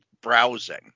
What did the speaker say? browsing